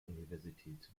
universität